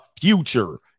future